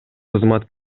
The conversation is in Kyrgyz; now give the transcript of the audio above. кызмат